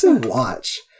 watch